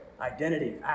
identity